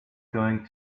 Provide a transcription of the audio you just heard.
going